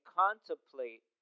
contemplate